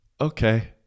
okay